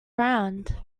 around